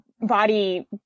body